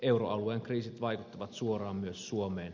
euroalueen kriisit vaikuttavat suoraan myös suomeen